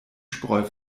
spreu